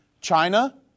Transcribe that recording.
China